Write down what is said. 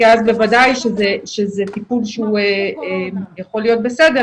כי אז בוודאי שזה טיפול שיכול להיות בסדר,